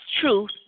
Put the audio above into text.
truth